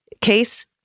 case